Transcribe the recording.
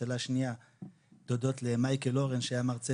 השתלה שנייה תודות למייקל אורן שהיה המרצה